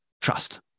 trust